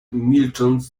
milcząc